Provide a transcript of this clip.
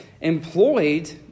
employed